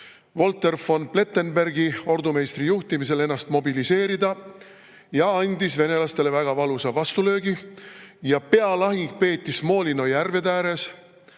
Wolter von Plettenbergi juhtimisel ennast mobiliseerida ja andis venelastele väga valusa vastulöögi. Pealahing peeti Smolino järvede ääres